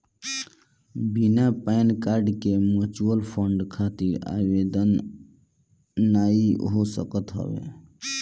बिना PAN card के mutual fund खातिर आवेदन नाइ हो सकत हवे